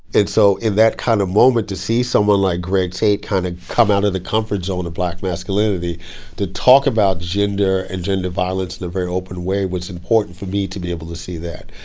and so in that kind of moment to see someone like greg tate kind of come out of the comfort zone of black masculinity to talk about gender and gender violence in a very open way, was important for me to be able to see that.